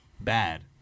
bad